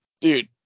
dude